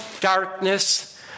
darkness